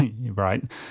Right